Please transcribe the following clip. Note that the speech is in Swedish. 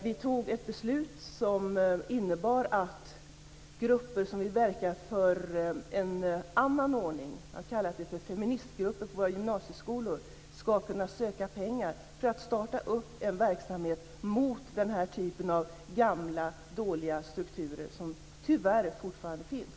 Detta beslut innebar att grupper som vill verka för en annan ordning på våra gymnasieskolor, man har kallat dem för feministgrupper, ska kunna söka pengar för att starta en verksamhet mot den här typen av gamla, dåliga strukturer som tyvärr fortfarande finns.